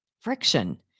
friction